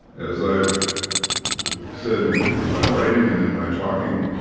as i've said in my writing and in my talking,